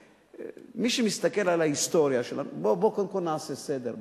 מי שמסתכל על ההיסטוריה, בוא קודם כול נעשה סדר.